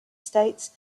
states